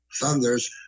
Thunders